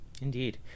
Indeed